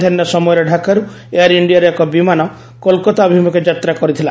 ମଧ୍ୟାହୁ ସମୟରେ ଢ଼ାକାର୍ଚ ଏୟାର ଇଣ୍ଡିଆର ଏକ ବିମାନ କୋଲକାତା ଅଭିମ୍ବଖେ ଯାତ୍ରା କରିଥିଲା